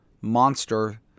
monster